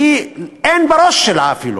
אין בראש שלה אפילו